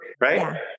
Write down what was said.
Right